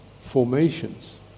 formations